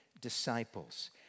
disciples